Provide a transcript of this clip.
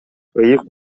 ыйык